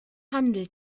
handel